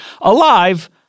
alive